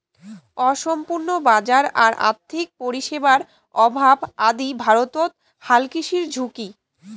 অসম্পূর্ণ বাজার আর আর্থিক পরিষেবার অভাব আদি ভারতত হালকৃষির ঝুঁকি